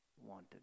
wanted